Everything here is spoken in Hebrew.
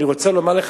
אני רוצה לומר לך,